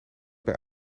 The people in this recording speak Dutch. bij